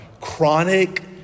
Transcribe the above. chronic